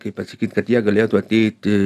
kaip atsakyt kad jie galėtų ateiti